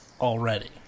already